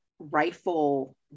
rifle